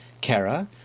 Kara